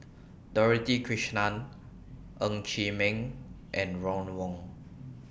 Dorothy Krishnan Ng Chee Meng and Ron Wong